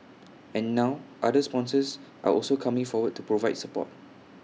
and now other sponsors are also coming forward to provide support